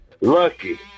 lucky